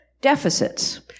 Deficits